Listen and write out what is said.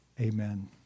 Amen